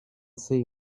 see